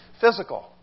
Physical